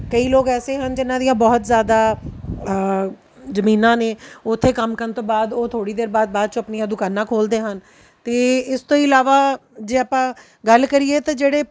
ਕਈ ਲੋਕ ਐਸੇ ਹਨ ਜਿਹਨਾਂ ਦੀਆਂ ਬਹੁਤ ਜ਼ਿਆਦਾ ਜ਼ਮੀਨਾਂ ਨੇ ਉੱਥੇ ਕੰਮ ਕਰਨ ਤੋਂ ਬਾਅਦ ਉਹ ਥੋੜ੍ਹੀ ਦੇਰ ਬਾਅਦ ਬਾਅਦ 'ਚੋਂ ਆਪਣੀਆਂ ਦੁਕਾਨਾਂ ਖੋਲ੍ਹਦੇ ਹਨ ਅਤੇ ਇਸ ਤੋਂ ਇਲਾਵਾ ਜੇ ਆਪਾਂ ਗੱਲ ਕਰੀਏ ਤਾਂ ਜਿਹੜੇ